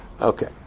Okay